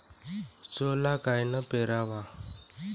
सोला कायनं पेराव?